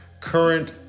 current